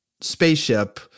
spaceship